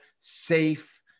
safe